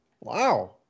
Wow